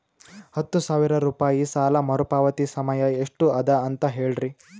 ಹತ್ತು ಸಾವಿರ ರೂಪಾಯಿ ಸಾಲ ಮರುಪಾವತಿ ಸಮಯ ಎಷ್ಟ ಅದ ಅಂತ ಹೇಳರಿ?